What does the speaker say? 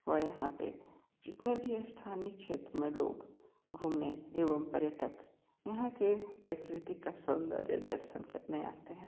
वही यहाँ पर जितने भी स्थानीय क्षेत्र में लोग घूमने एवं पर्यटक यहां के प्रकृति का सौंदर्य दर्शन करने आते हैं